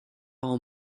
all